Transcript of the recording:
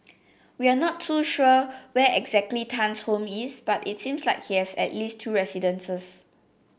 we are not too sure where exactly Tan's home is but its seems like he has at least two residences